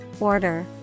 order